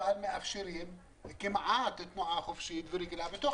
אבל מאפשרים כמעט תנועה חופשית ורגילה בתוך